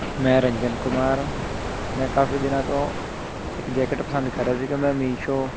ਮੈਂ ਰੰਜਨ ਕੁਮਾਰ ਮੈਂ ਕਾਫੀ ਦਿਨਾਂ ਤੋਂ ਇੱਕ ਜੈਕਟ ਪਸੰਦ ਕਰ ਰਿਹਾ ਸੀਗਾ ਮੈਂ ਮੀਸ਼ੋ